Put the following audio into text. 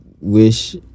wish